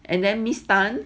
and then miss tan